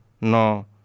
no